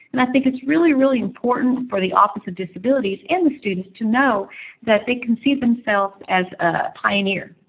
and i thing it's really, really important for the office of disabilities and the students to know that they can see themselves as a pioneer.